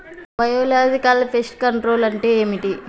Biological pest control అంటే ఏమిటి?